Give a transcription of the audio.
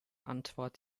antwort